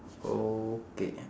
okay